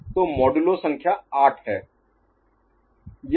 तो मॉडुलो संख्या 8 है